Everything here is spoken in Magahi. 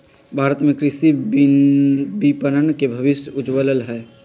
भारत में कृषि विपणन के भविष्य उज्ज्वल हई